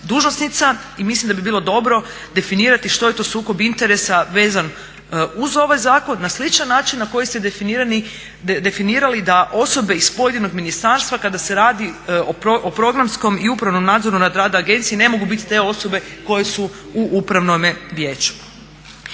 dužnosnica i mislim da bi bilo dobro definirati što je to sukob interesa vezan uzu ovaj zakon na sličan način na koji su definirali da osobe iz pojedinog ministarstva kada se radi o programskom i upravnom nadzoru nad radom agencije ne mogu biti te osobe koje su u upravnome vijeću.